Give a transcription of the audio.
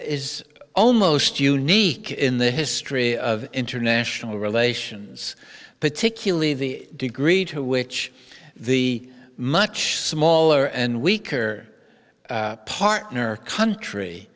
is almost unique in the history of international relations particularly the degree to which the much smaller and weaker partner country